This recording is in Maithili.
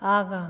आगाँ